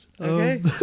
Okay